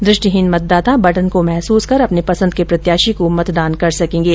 द्व ष्टीहीन मतदाता बटन को महसूस कर अपने पसंद के प्रत्याशी को मतदान कर सकेंगे